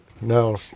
No